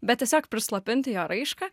bet tiesiog prislopinti jo raišką